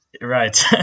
Right